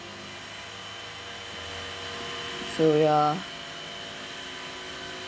so ya